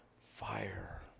fire